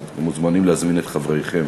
אז אתם מוזמנים להזמין את חבריכם